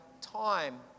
time